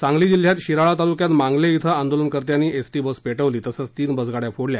सांगली जिल्ह्यात शिराळा तालुक्यात मांगले के आंदोलनकर्त्यांनीएसटी बस पेटवली तसंच तीन बसगाड्या फोडल्या